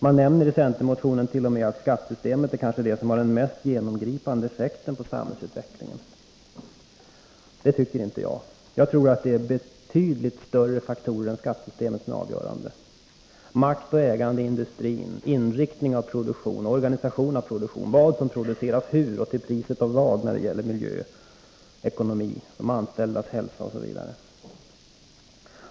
Man nämner i centermotionen t.o.m. att skattesystemet kanske är det som har den mest genomgripande effekten på samhällsutvecklingen. Det tycker inte jag. Jag tror att det är betydligt större faktorer än skattesystemet som är avgörande — makt och ägande i industrin, inriktning av produktion, organisation av produktion, vad som produceras, hur och till vilket pris när det gäller miljö, ekonomi, de anställdas hälsa osv.